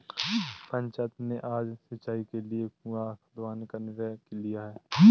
पंचायत ने आज सिंचाई के लिए कुआं खुदवाने का निर्णय लिया है